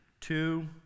two